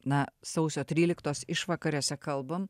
na sausio tryliktos išvakarėse kalbam